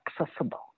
accessible